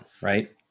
right